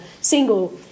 single